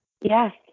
Yes